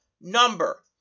number